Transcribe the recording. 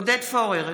עודד פורר,